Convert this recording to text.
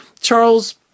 Charles